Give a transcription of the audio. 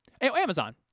Amazon